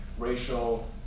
Racial